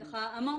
אמורפי,